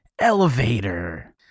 elevator